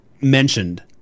mentioned